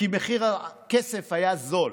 כי מחיר הכסף היה נמוך.